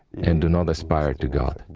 and do not aspire to god,